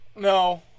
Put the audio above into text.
No